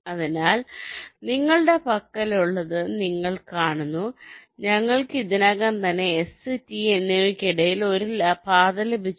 അതിനാൽ നിങ്ങളുടെ പക്കലുള്ളത് നിങ്ങൾ കാണുന്നു ഞങ്ങൾക്ക് ഇതിനകം തന്നെ എസ് ടി എന്നിവയ്ക്കിടയിൽ ഒരു പാത ലഭിച്ചു